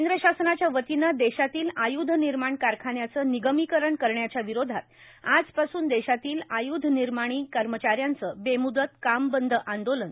केंद्र शासनाच्या वतीनं देशातील आयुध निर्माण कारखान्याचं निगमिकरण करण्याच्या विरोधात आजपासून देशातील आयुध निर्माणी कर्मचाऱ्यांचं बेमुदत कामबंद आंदोलन